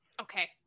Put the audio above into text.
Okay